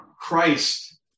Christ